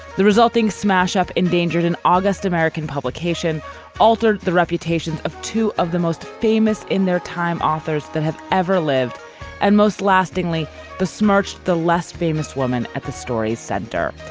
the resulting smash up endangered an august american publication altered the reputations of two of the most famous in their time authors that have ever lived and most lastingly besmirched the less famous woman at the story's center.